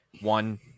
one